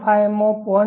5 માં 0